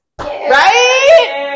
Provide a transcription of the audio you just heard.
Right